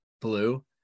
blue